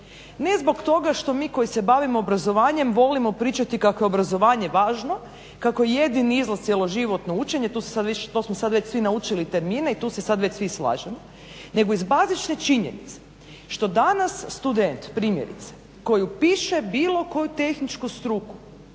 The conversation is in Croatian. ne samo mi koji se bavimo obrazovanjem volimo pričati kako je obrazovanje važno, kako je jedini izraz cijeloživotno učenje, to smo sad svi već naučili termine i tu se sad svi slažemo, nego iz bazične činjenice što danas student primjerice koji upiše bilo koju tehničku struku,